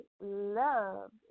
love